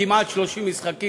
כמעט 30 משחקים.